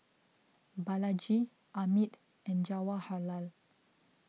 Balaji Amit and Jawaharlal